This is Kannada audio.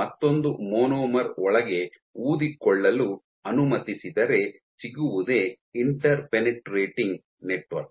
ಮತ್ತೊಂದು ಮೊನೊಮರ್ ಒಳಗೆ ಊದಿಕೊಳ್ಳಲು ಅನುಮತಿಸಿದರೆ ಸಿಗುವುದೇ ಇಂಟರ್ಪೆನೆಟ್ರೇಟಿಂಗ್ ನೆಟ್ವರ್ಕ್